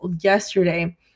yesterday